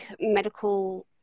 medical